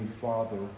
Father